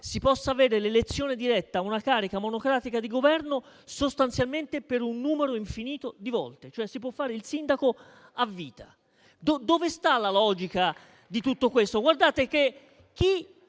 si possa avere l'elezione diretta ad una carica monocratica di governo sostanzialmente un numero infinito di volte? Sostanzialmente, si può fare il sindaco a vita: dove sta la logica di tutto questo? Guardate che chi